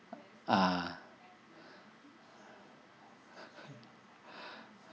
ah